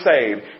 saved